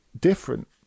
different